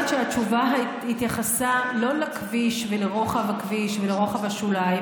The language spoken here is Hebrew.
שהתשובה התייחסה לא לכביש ולרוחב הכביש ולרוחב השוליים,